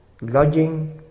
lodging